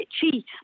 cheat